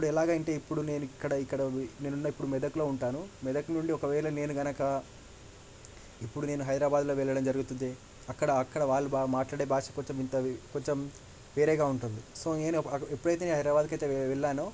ఇప్పుడు ఎలా అంటే ఇప్పుడు నేను ఇక్కడ ఇక్కడ నేను ఉన్న ఇప్పుడు మెదక్లో ఉంటాను మెదక్ నుండి ఒకవేళ నేను గనక ఇప్పుడు నేను హైదరాబాద్లో వెళ్లడం జరుగుతుంది అక్కడ అక్కడ వాళ్ళు బాగా మాట్లాడే భాష కొంచెం వింతది కొంచెం వేరేగా ఉంటుంది సో నేను ఎప్పుడైతే నేను హైదరాబాద్కు అయితే వెళ్ళానో